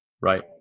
Right